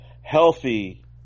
healthy